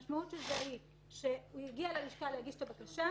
המשמעות של זה היא שהוא יגיע ללשכה להגיש את הבקשה,